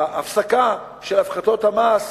ההפסקה של הפחתות המס.